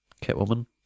catwoman